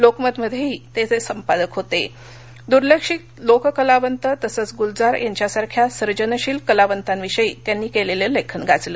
लोकमतमध्येष्टीत सिपादक होत डुर्लक्षित लोककलावंत तसच गुलजार यांच्यासारख्या सर्जनशील कलावंतांविषयी त्यांनी कलिलीलखिन गाजलं